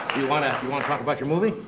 you wanna wanna talk about your movie?